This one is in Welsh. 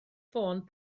ffôn